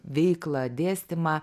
veiklą dėstymą